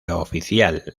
oficial